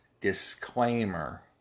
disclaimer